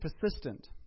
persistent